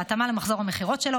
בהתאמה למחזור המכירות שלו,